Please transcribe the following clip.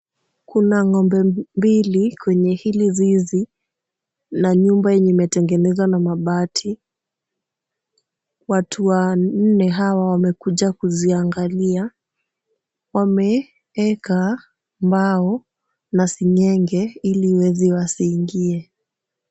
Kuna ng'ombe mbili kwenye hili zizi na nyumba yenye imetengenezwa na mabati. Watu wanne hawa wamekuja kuziangalia. Wameeka mbao na seng'enge ili wezi wasiingie.